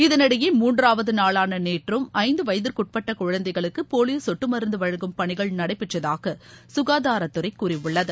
இதனிடையே மூன்றாவது நாளன நேற்றும் ஐந்து வயதிற்குட்பட்ட குழந்தைகளுக்கு போலியோ சொட்டு மருந்து வழங்கும் பணிகள் நடைபெற்றதாக சுகாதாரத்துறை கூறியுள்ளது